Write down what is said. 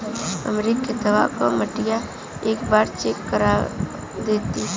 हमरे खेतवा क मटीया एक बार चेक करवा देत?